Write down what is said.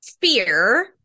fear